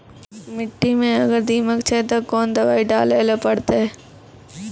मिट्टी मे अगर दीमक छै ते कोंन दवाई डाले ले परतय?